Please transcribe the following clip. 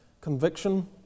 conviction